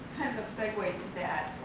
a segue to that,